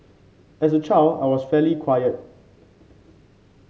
as a child I was fairly quiet